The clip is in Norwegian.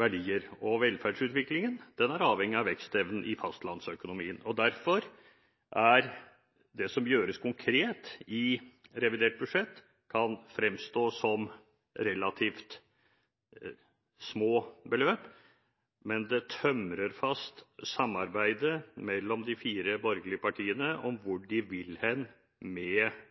verdier. Velferdsutviklingen er avhengig av vekstevnen i fastlandsøkonomien Derfor kan det som konkret gjøres i revidert budsjett, fremstå som relativt små beløp. Men det tømrer fast samarbeidet mellom de fire borgerlige partiene om hvor de vil hen med